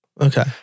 Okay